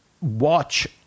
watch